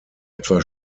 etwa